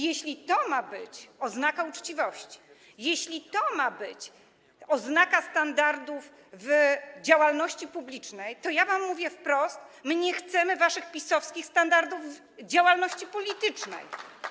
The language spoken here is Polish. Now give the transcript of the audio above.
Jeśli to ma być oznaka uczciwości, jeśli to ma być oznaka standardów w działalności publicznej, to ja wam mówię wprost: nie chcemy waszych PiS-owskich standardów działalności politycznej.